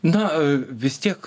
na vis tiek